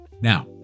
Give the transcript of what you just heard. Now